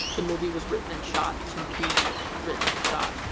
the movie was written and shot to be written and shot.